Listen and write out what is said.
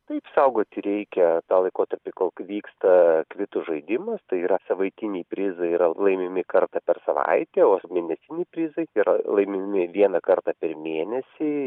taip saugoti reikia tą laikotarpį kol vyksta kvitų žaidimas tai yra savaitiniai prizai yra laimimi kartą per savaitę o mėnesiniai prizai yra laimimi vieną kartą per mėnesį